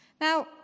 Now